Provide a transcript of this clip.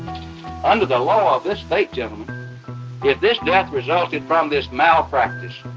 under the law of this state, gentlemen, if this death resulted from this malpractice,